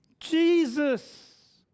Jesus